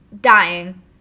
dying